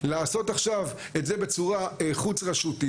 לעשות עכשיו את זה בצורה חוץ-רשותית,